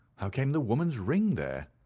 how came the woman's ring there?